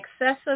excessive